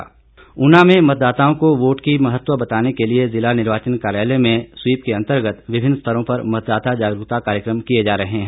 जिला ऊना में मतदाताओं को वोट की महत्व बताने के लिए जिला निर्वाचन कार्यालय में स्वीप के अंतर्गत विभिन्न स्तरों पर मतदाता जागरूकता कार्यक्रम किए जा रहे हैं